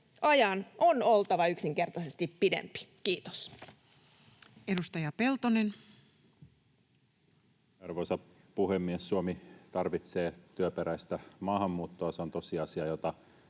on oltava yksinkertaisesti pidempi. — Kiitos. Edustaja Peltonen. Arvoisa puhemies! Suomi tarvitsee työperäistä maahanmuuttoa. Se on tosiasia, jota